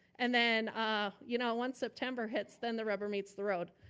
and then ah you know once september hits, then the rubber meets the road.